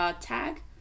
Tag